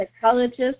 psychologist